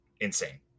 insane